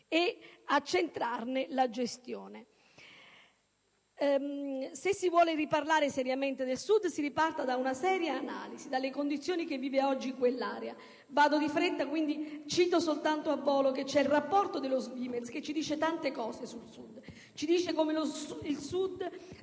e accentrarne la gestione. Se si vuole riparlare seriamente del Sud si riparta da una seria analisi delle condizioni che vive oggi quell'area. Vado di fretta, quindi ricordo soltanto che esiste il rapporto dello SVIMEZ che dice tante cose sul Sud. Tale rapporto dice che il Sud